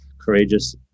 courageous